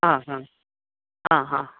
हा हा ह हा